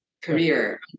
career